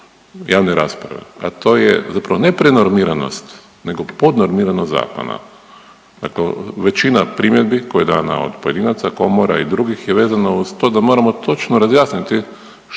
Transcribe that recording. javne rasprave, a to je zapravo neprenormiranost nego podnormiranost zakona. Dakle, većina primjedbi koja je dana od pojedinaca, komora i drugih je vezana uz to da moramo točno razjasniti koje